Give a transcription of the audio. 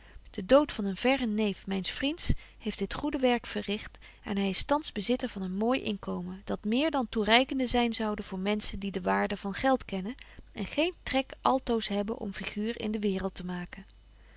de dood van een verren neef myns vriends heeft dit goede werk verricht en hy is thans bezitter van een mooi inkomen dat meer dan toereikende zyn zoude voor menschen die de waardy van geld kennen en geen trek altoos hebben om figuur in de waereld te mabetje